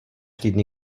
týdny